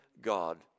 God